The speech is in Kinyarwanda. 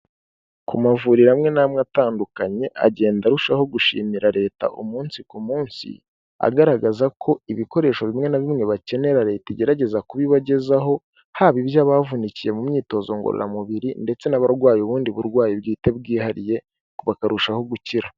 Ku mavuriro amwe na'mwe atandukanye agenda arushaho gushimira Leta umunsi ku munsi, agaragaza ko ibikoresho bimwe na bimwe bakenera Leta igerageza kubibagezaho haba ibyabavunikiye mu myitozo ngororamubiri ndetse n'abarwaye ubundi burwayi bwite bwihariye bakarushaho gukira.